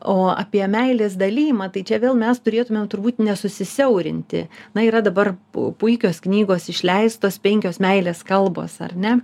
o apie meilės dalijimą tai čia vėl mes turėtumėm turbūt nesusisiaurinti na yra dabar pu puikios knygos išleistos penkios meilės kalbos ar ne